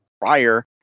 prior